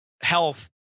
health